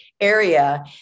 area